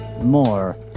more